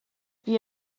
wie